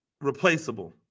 replaceable